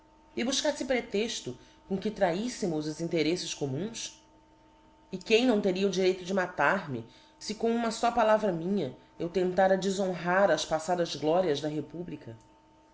e bufcaíte pretexto com que traiítemos os intereffes communs e quem não teria o direito de matar-me fe com uma fó palavra minha eu tentara defhonrar as paífadas glorias da republica